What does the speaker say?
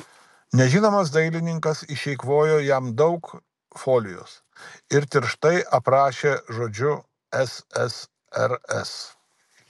nežinomas dailininkas išeikvojo jam daug folijos ir tirštai aprašė žodžiu ssrs